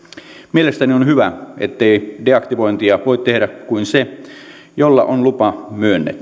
mielestäni on hyvä ettei deaktivointia voi tehdä kuin se jolle on lupa myönnetty